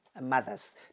mothers